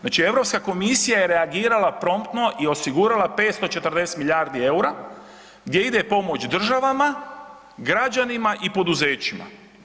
Znači EU komisija je reagirala promptno i osigurala 540 milijardi eura gdje ide pomoć državama, građanima i poduzećima.